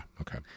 okay